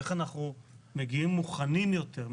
איך אנחנו מגיעים מוכנים יותר,